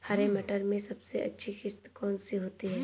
हरे मटर में सबसे अच्छी किश्त कौन सी होती है?